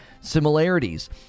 similarities